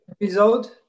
episode